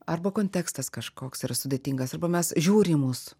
arba kontekstas kažkoks yra sudėtingas arba mes žiūri į mus